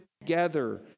together